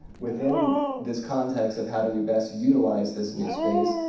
within this context of how do we best utilize this new space,